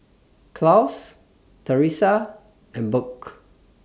Claus Teresa and Burk